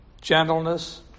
gentleness